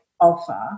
offer